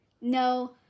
No